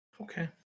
Okay